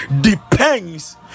depends